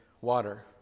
water